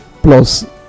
plus